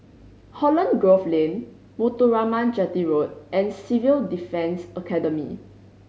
Holland Grove Lane Muthuraman Chetty Road and Civil Defence Academy